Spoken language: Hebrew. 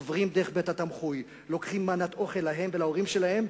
עוברים דרך בית-התמחוי ולוקחים מנת אוכל להם ולהורים שלהם.